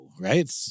right